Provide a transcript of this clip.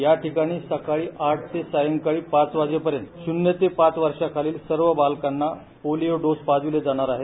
या ठिकाणी सकाळी आठ ते सायंकाळी पाच वाजेपर्यंत शुन्य ते पाच वर्षांखालील सर्व बालकांना पोलिओ डोस पाजवले जाणार आहेत